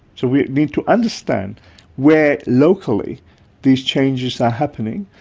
so we need to understand where locally these changes are happening.